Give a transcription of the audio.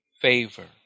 favor